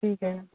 ठीक आहे